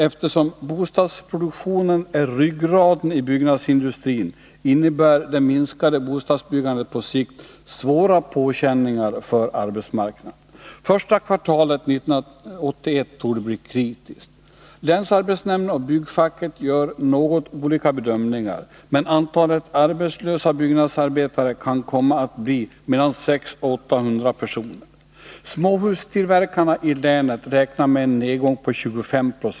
Eftersom bostadsproduktionen är ryggraden i byggnadsindustrin innebär det minskade bostadsbyggandet på sikt svåra påkänningar för arbetsmarknaden. Första kvartalet 1981 torde bli kritiskt. Länsarbetsnämnden och byggfacket gör något olika bedömningar, men antalet arbetslösa byggnadsarbetare kan komma att bli mellan 600 och 800 personer. Småhustillverkarna i länet räknar med en nedgång på 25 20.